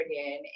again